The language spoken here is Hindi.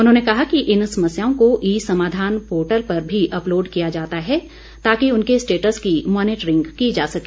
उन्होंने कहा कि इन समस्याओं को ई समाधान पोर्टल पर भी अपलोड किया जाता है ताकि उनके स्टेटस की मॉनीटरिंग की जा सके